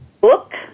book